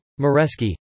Mareski